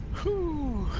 who,